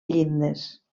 llindes